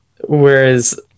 Whereas